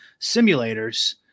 simulators